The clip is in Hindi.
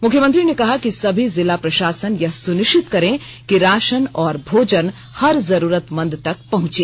मुख्यमंत्री ने कहा कि सभी जिला प्रशासन यह सुनिश्चित करें कि राशन और भोजन हर जरूरतमंद तक पहुँचे